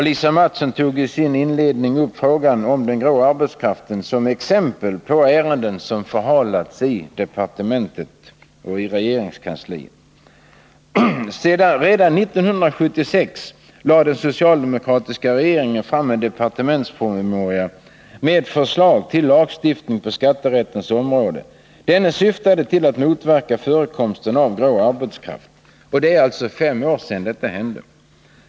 Lisa Mattson togi sin inledning upp frågan om den grå arbetskraften som exempel på ärenden som förhalas inom regeringskansliet. Redan 1976 lade den socialdemokratiska regeringen fram en departementspromemoria med förslag till lagstiftning på skatterättens område. Denna syftade till att motverka förekomsten av grå arbetskraft. Det är alltså fem år sedan detta hände.